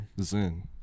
zen